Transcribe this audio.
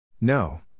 No